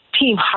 Team